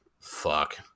fuck